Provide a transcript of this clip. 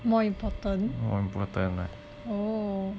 more important oh